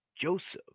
joseph